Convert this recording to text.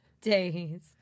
days